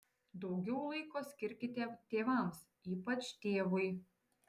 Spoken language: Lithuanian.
daugiau laiko skirkite tėvams ypač tėvui